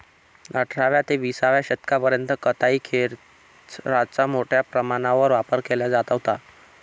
अठराव्या ते विसाव्या शतकापर्यंत कताई खेचराचा मोठ्या प्रमाणावर वापर केला जात होता